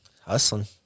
hustling